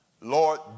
Lord